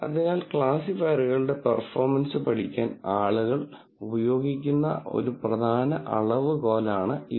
അതിനാൽ ക്ലാസിഫയറുകളുടെ പെർഫോമൻസ് പഠിക്കാൻ ആളുകൾ ഉപയോഗിക്കുന്ന ഒരു പ്രധാന അളവുകോലാണ് ഇത്